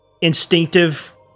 instinctive